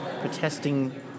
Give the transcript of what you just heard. protesting